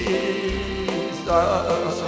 Jesus